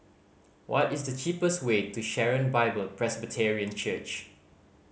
what is the cheapest way to Sharon Bible Presbyterian Church